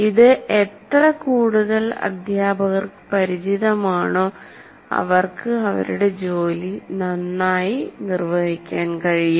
ഇത് എത്ര കൂടുതൽ അധ്യാപകർക്ക് പരിചിതമാണോ അവർക്ക് അവരുടെ ജോലി നന്നായി നിർവഹിക്കാൻ കഴിയും